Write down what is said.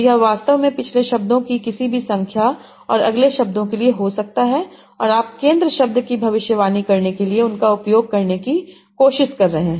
तो यह वास्तव में पिछले शब्दों की किसी भी संख्या और अगले शब्दों के लिए हो सकता है और आप केंद्र शब्द की भविष्यवाणी करने के लिए उन का उपयोग करने की कोशिश कर रहे हैं